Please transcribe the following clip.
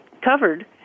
covered